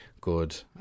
good